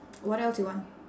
what else you want